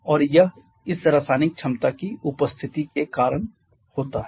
और यह इस रासायनिक क्षमता की उपस्थिति के कारण होता है